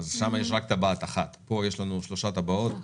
שם יש רק טבעת אחת וכאן יש לנו שלוש טבעות.